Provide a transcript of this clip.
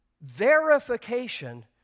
verification